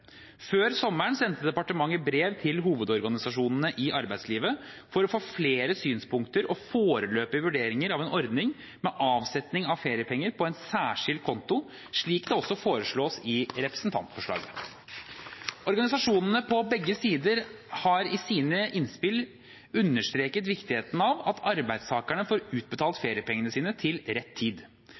Før sommeren sendte departementet brev til hovedorganisasjonene i arbeidslivet for å få flere synspunkter og foreløpige vurderinger av en ordning med avsetning av feriepenger på en særskilt konto, slik det også foreslås i representantforslaget. Organisasjonene på begge sider har i sine innspill understreket viktigheten av at arbeidstakerne får utbetalt feriepengene sine til rett tid.